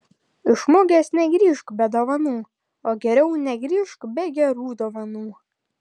iš mugės negrįžk be dovanų o geriau negrįžk be gerų dovanų